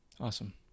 Awesome